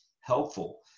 helpful